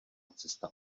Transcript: cesta